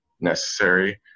necessary